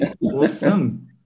awesome